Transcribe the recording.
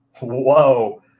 Whoa